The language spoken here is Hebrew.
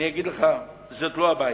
אני אגיד לך: זאת לא הבעיה.